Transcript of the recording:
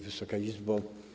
Wysoka Izbo!